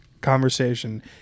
conversation